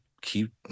keep